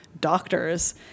doctors